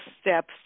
steps